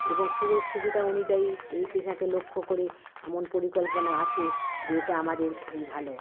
এবং সুযোগ সুবিধা অনুযায়ী এই পেশাকে লক্ষ্য করে এমন পরিকল্পনা আছে যেটা আমাদের খুবই ভালো